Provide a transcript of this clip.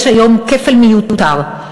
יש היום כפל מיותר.